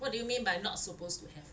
what do you mean by not supposed to have